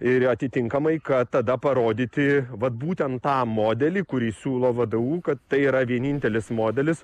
ir atitinkamai kad tada parodyti vat būtent tą modelį kurį siūlo vdu kad tai yra vienintelis modelis